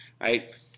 right